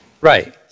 Right